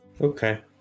Okay